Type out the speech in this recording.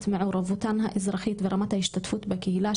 מעורבותן האזרחית ורמת ההשתתפות בקהילה,